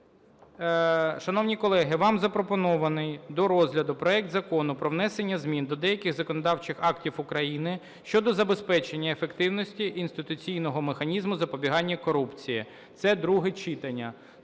Шановні колеги, вам запропонований до розгляду проект Закону про внесення змін до деяких законодавчих актів України щодо забезпечення ефективності інституційного механізму запобігання корупції, це друге читання.